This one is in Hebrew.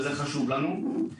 וזה חשוב לנו.